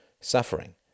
suffering